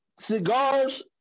Cigars